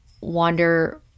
wander